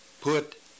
put